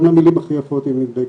גם במילים הכי יפות היא נדבקת,